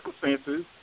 circumstances